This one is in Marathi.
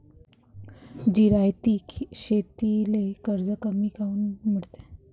जिरायती शेतीले कर्ज कमी काऊन मिळते?